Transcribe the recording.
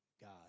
God